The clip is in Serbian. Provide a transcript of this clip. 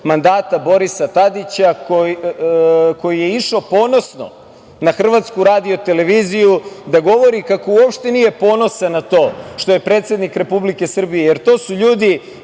mandata Borisa Tadića, koji je išao ponosno na hrvatsku radio-televiziju da govori kako uopšte nije ponosan na to što je predsednik Republike Srbije, jer to su ljudi,